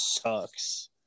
sucks